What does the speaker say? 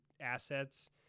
assets